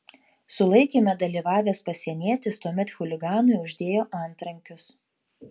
sulaikyme dalyvavęs pasienietis tuomet chuliganui uždėjo antrankius